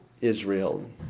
Israel